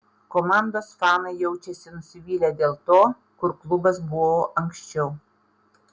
komandos fanai jaučiasi nusivylę dėl to kur klubas buvo anksčiau